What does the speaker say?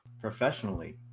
professionally